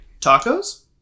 Tacos